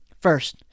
First